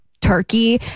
turkey